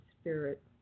spirit